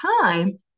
time